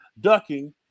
ducking